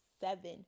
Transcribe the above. seven